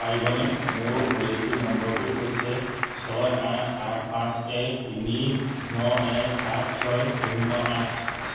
পাৰিবনে মোৰ পলিচি নম্বৰটো হৈছে ছয় আঠ সাত পাঁচ এক তিনি ন এক সাত ছয় শূন্য আঠ